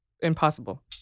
Impossible